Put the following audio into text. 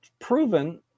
proven